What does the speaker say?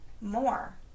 more